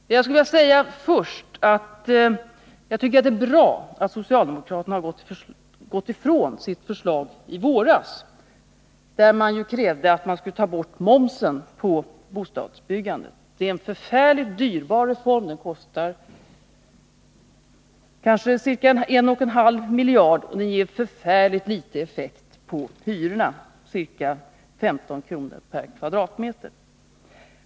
Men jag skulle först vilja säga att jag tycker det är bra att socialdemokraterna har gått ifrån sitt förslag från i våras, vari de krävde att momsen på bostadsbyggandet skulle tas bort. Den reformen skulle ha blivit förfärligt dyrbar — den skulle kanske ha kostat 1,5 miljarder kronor — och gett en ytterst liten effekt på hyrorna: bara ca 15 kr. per kvadratmeter.